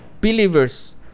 believers